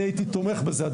אני הייתי תומך בזה.